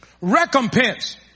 Recompense